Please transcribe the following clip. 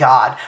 God